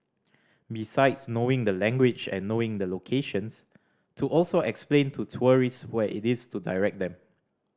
besides knowing the language and knowing the locations to also explain to tourists where it is to direct them